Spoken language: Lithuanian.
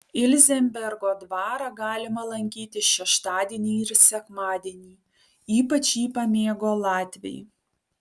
ilzenbergo dvarą galima lankyti šeštadienį ir sekmadienį ypač jį pamėgo latviai